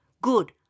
good